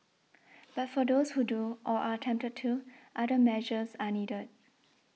but for those who do or are tempted to other measures are needed